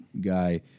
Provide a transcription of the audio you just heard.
guy